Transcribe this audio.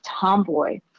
tomboy